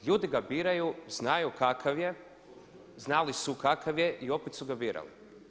Ljudi ga biraju, znaju kakav je, znali su kakav je i opet su ga birali.